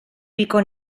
pico